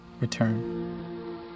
return